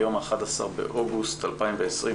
היום ה-11 באוגוסט 2020,